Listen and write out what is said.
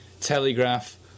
Telegraph